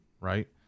Right